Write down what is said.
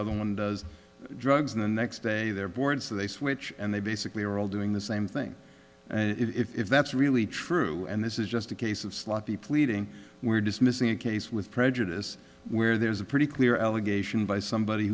other one does drugs and the next day they're bored so they switch and they basically are all doing the same thing if that's really true and this is just a case of sloppy pleading where dismissing a case with prejudice where there's a pretty clear allegation by somebody